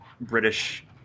British